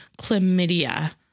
chlamydia